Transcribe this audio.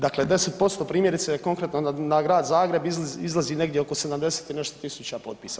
Dakle, 10% primjerice konkretno na grad Zagreb izlazi negdje oko 70 i nešto tisuća potpisa.